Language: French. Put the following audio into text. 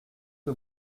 que